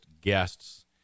guests